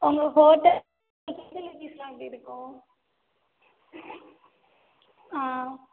உங்கள் ஹோட்டல் ஃபெசிலிட்டிஸ்லாம் எப்படி இருக்கும்